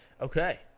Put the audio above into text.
Okay